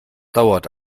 dauert